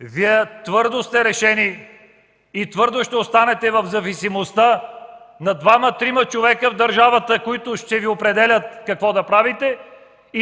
Вие твърдо сте решени и твърдо ще останете в зависимостта на двама-трима човека в държавата, които ще Ви определят какво да правите.